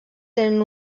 tenen